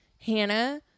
Hannah